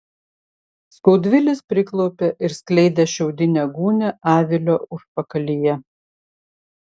skaudvilis priklaupė ir skleidė šiaudinę gūnią avilio užpakalyje